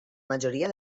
majoria